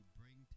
bring